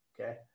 Okay